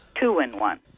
Two-in-one